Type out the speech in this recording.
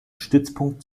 stützpunkt